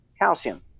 calcium